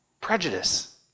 prejudice